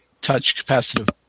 touch-capacitive